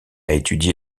étudié